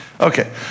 Okay